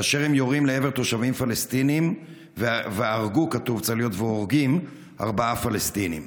כאשר הם יורים לעבר תושבים פלסטינים והורגים ארבעה פלסטינים.